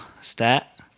stat